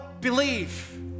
believe